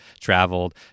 traveled